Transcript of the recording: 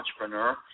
entrepreneur